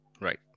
Right